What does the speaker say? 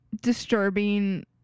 disturbing